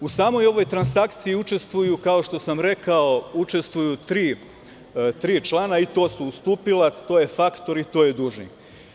U samoj ovoj transakciji učestvuju, kao što sam rekao, tri člana i to su ustupilac, faktor i dužnik.